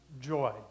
joy